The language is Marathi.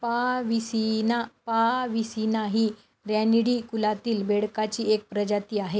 पा विसीना पा विसीना ही रॅनिडी कुलातील बेडकाची एक प्रजाती आहे